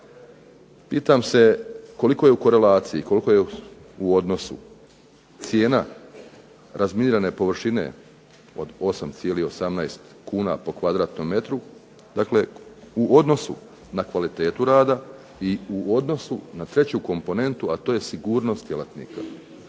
pitam se koliko je u korelaciji, koliko je u odnosu cijena razminirane površine od 8,18 kuna po kvadratnom metru u odnosu na kvalitetu rada i u odnosu na treću komponentu a to je sigurnost djelatnika.